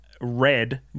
red